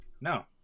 No